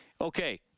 Okay